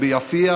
וביפיע